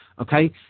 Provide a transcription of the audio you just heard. okay